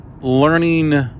learning